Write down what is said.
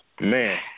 Man